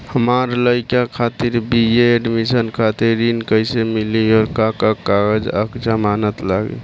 हमार लइका खातिर बी.ए एडमिशन खातिर ऋण कइसे मिली और का का कागज आ जमानत लागी?